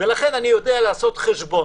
אני יודע לעשות חשבון